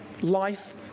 life